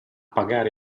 pagare